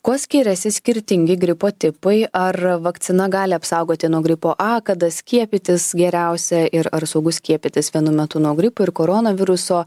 kuo skiriasi skirtingi gripo tipai ar vakcina gali apsaugoti nuo gripo a kada skiepytis geriausia ir ar saugu skiepytis vienu metu nuo gripo ir koronaviruso